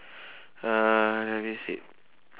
uh I see